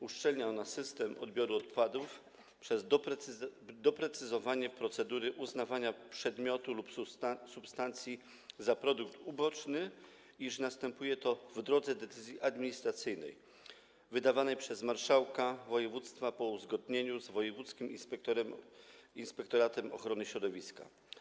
Uszczelnia ona system odbioru odpadów przez doprecyzowanie procedury uznawania przedmiotu lub substancji za produkt uboczny, wskazując, że następuje to w drodze decyzji administracyjnej wydawanej przez marszałka województwa po uzgodnieniu z wojewódzkim inspektorem ochrony środowiska.